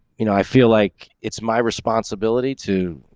you know, i feel like it's my responsibility to,